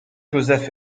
joseph